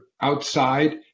outside